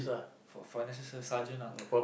for for nece~ sergeant